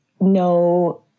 no